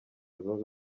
zunze